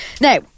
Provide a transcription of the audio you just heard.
now